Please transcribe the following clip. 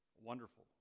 wonderful